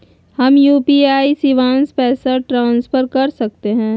हम यू.पी.आई शिवांश पैसा ट्रांसफर कर सकते हैं?